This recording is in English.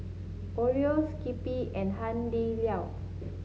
Oreo Skippy and Hai Di Lao